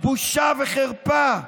בושה וחרפה.